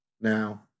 Now